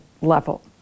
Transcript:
level